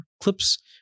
clips